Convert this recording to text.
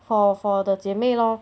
for for the 姐妹 lor